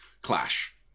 clash